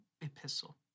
epistle